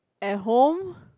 at home